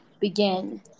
begin